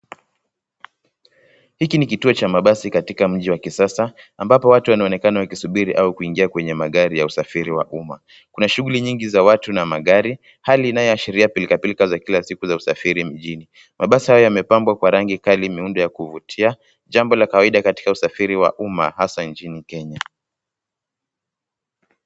Hiki ni kituo cha mabasi katika mji wa kisasa ambapo watu wanaonekana wakisubiri au kuingia kwenye magari ya usafiri wa uma. Kuna shughuli nyingi za watu na magari. Hali inayo ashiria pilka pilka za kila siku za usafiri mjini. Mabasi hayo yamepambwa kwa rangi Kali muundo ya kuvutia jambo la kawaida katika usafiri wa uma hasa nchini Kenya.